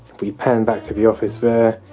we pan back to the office there,